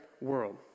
world